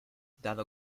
dado